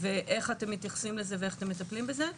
איך אתם מתייחסים לזה ואיך אתם מטפלים בזה?